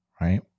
right